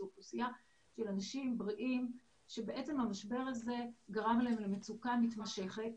זו אוכלוסייה של אנשים בריאים שהמשבר הזה גרם להם למצוקה מתמשכת.